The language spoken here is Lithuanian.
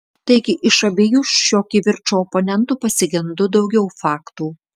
taigi iš abiejų šio kivirčo oponentų pasigendu daugiau faktų